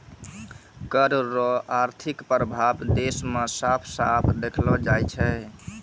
कर रो आर्थिक प्रभाब देस मे साफ साफ देखलो जाय छै